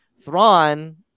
thrawn